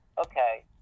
okay